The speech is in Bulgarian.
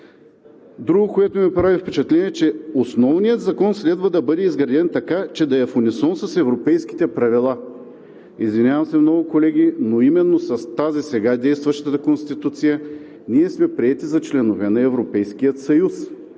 Друго, което ми прави впечатление, е, че основният закон следва да бъде изграден така, че да е в унисон с европейските правила. Извинявам се много, колеги, но именно с тази сега действащата Конституция ние сме приети за членове на Европейския съюз.